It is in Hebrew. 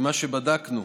ממה שבדקנו,